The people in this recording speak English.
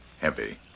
heavy